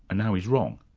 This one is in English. and now he's wrong.